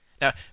Now